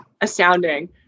astounding